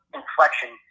inflection